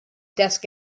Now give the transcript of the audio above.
desk